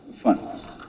funds